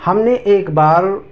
ہم نے ایک بار